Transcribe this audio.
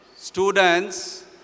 students